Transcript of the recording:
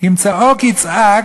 אם "צעק יצעק",